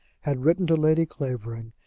had written to lady clavering,